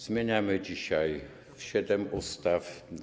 Zmieniamy dzisiaj siedem ustaw.